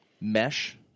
mesh